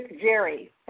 Jerry